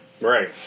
right